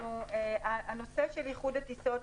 הנושא של איחוד הטיסות,